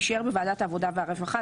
יישאר בוועדת העבודה והרווחה,